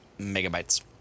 Megabytes